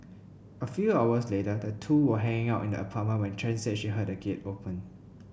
a few hours later the two were hanging out in the apartment when Chen said she heard a gate open